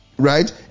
right